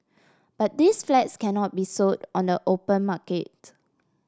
but these flats cannot be sold on the open market